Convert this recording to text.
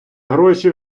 гроші